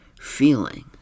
feeling